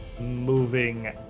moving